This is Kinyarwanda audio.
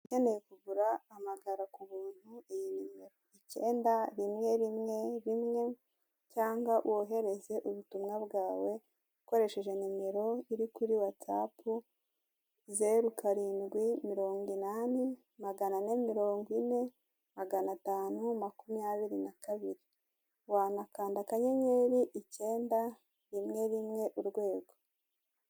Ukeneye kugura hamagara ku buntu iyi nimero, ikenda rimwe rimwe rimwe cyangwa wohereze ubutumwa bwawe ukoresheje nimero iri kuri watsapu zeru karindwi mirongo inani magana ane mirongo ine magana atanu makumyabiri na kabiri wanakanda akanyenyeri ikenda rimwe rimwe urwego.